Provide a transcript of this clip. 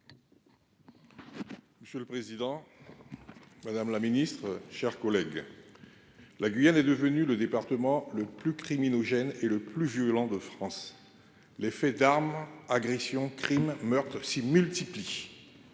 Monsieur le Président. Madame la Ministre, chers collègues. La Guyane est devenue le département le plus criminogène et le plus violent de France. Les faits d'armes, agressions, crimes meurtres s'multiplient.